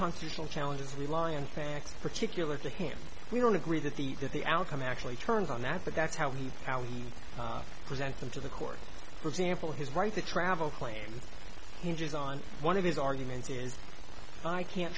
constitutional challenges rely on facts particular to him we don't agree that the that the outcome actually turns on that but that's how he how he present them to the court for example his right to travel plans hinges on one of his arguments is i can't